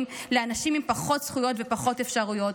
לאנשים עם פחות זכויות ופחות אפשרויות.